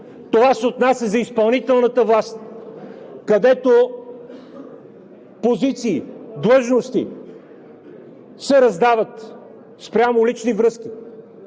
това се отнася за изпълнителната власт, където позиции, длъжности се раздават спрямо лични връзки,